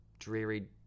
dreary